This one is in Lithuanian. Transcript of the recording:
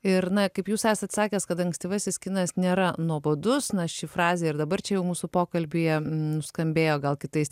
ir na kaip jūs esat sakęs kad ankstyvasis kinas nėra nuobodus na ši frazė ir dabar čia jau mūsų pokalbyje mmm skambėjo gal kitais